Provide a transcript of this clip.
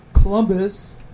Columbus